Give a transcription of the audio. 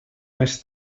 més